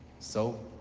so?